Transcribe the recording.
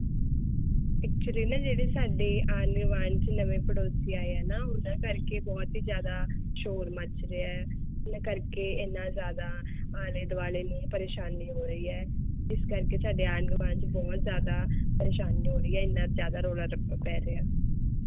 actually ਨਾ ਜਿਹੜੇ ਸਾਡੇ ਆਨੇਵਾਨ 'ਚ ਨਵੇਂ ਪੜੌਸੀ ਆਏ ਹੈ ਨਾ ਉਹਨਾਂ ਕਰਕੇ ਬਹੁਤ ਹੀ ਜ਼ਿਆਦਾ ਸ਼ੋਰ ਮੱਚ ਰਿਹਾ ਉਹਨਾਂ ਕਰਕੇ ਐਨਾ ਜ਼ਿਆਦਾ ਆਲੇ ਦੁਆਲੇ ਨੂੰ ਪਰੇਸ਼ਾਨੀ ਹੋ ਰਹੀ ਹੈ ਇਸ ਕਰਕੇ ਸਾਡੇ ਆਂਢ ਗੁਆਂਢ 'ਚ ਬਹੁਤ ਜ਼ਿਆਦਾ ਪਰੇਸ਼ਾਨੀ ਹੋ ਰਹੀ ਐਨਾ ਜ਼ਿਆਦਾ ਰੋਲਾ ਰੱਪਾ ਪੈ ਰਿਹਾ